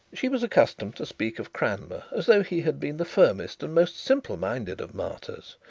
she was accustomed to speak of cranmer as though he had been the firmest and most simple-minded of martyrs,